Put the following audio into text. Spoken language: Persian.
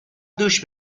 دوش